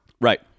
Right